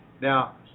Now